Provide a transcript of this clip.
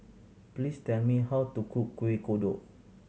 please tell me how to cook Kuih Kodok